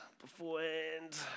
beforehand